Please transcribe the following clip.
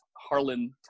Harlan